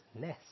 nest